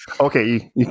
Okay